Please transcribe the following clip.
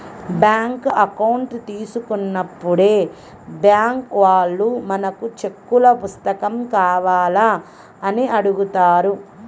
bank account తీసుకున్నప్పుడే bank వాళ్ళు మనకు చెక్కుల పుస్తకం కావాలా అని అడుగుతారు